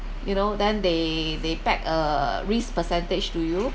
you know then they they pick a risk percentage to you